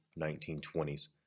1920s